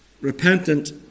repentant